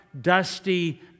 dusty